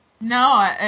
No